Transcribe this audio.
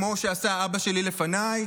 כמו שעשה אבא שלי לפניי